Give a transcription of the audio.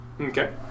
Okay